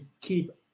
keep